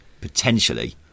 potentially